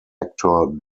actor